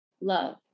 love